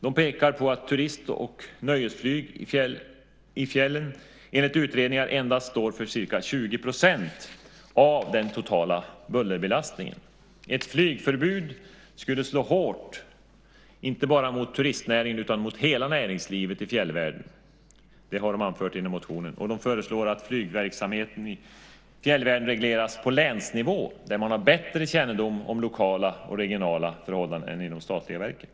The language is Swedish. De pekar på att turist och nöjesflyg i fjällen, enligt utredningar, endast står för ca 20 % av den totala bullerbelastningen. Ett flygförbud skulle slå hårt inte bara mot turistnäringen utan mot hela näringslivet i fjällvärlden, vilket de anfört i motionen. De föreslår att flygverksamheten i fjällvärlden regleras på länsnivå där man har bättre kännedom om lokala och regionala förhållanden än i de statliga verken.